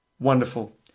Wonderful